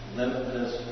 limitless